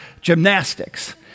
gymnastics